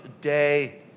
day